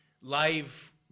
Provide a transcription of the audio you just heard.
live